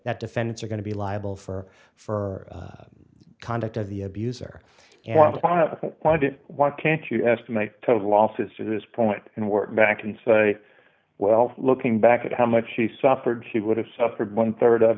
that defendants are going to be liable for for conduct of the abuser why did why can't you estimate total officer this point and work back in so well looking back at how much you suffered who would have suffered one third of